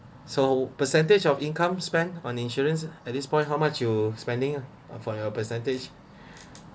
so percentage of income spent on insurance at this point how much you spending for your percentage